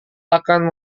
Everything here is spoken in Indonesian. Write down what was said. akan